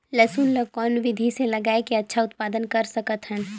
लसुन ल कौन विधि मे लगाय के अच्छा उत्पादन कर सकत हन?